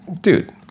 dude